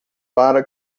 para